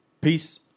Peace